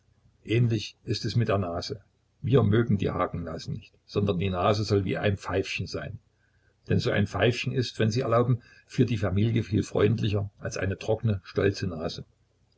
ähnlich ist es mit der nase wir mögen die hakennasen nicht sondern die nase soll wie ein pfeifchen sein denn so ein pfeifchen ist wenn sie erlauben für die familie viel freundlicher als eine trockene stolze nase